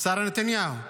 שרה נתניהו,